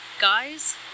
guys